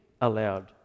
allowed